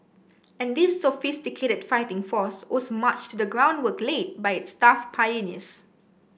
and this sophisticated fighting force owes much to the groundwork laid by its tough pioneers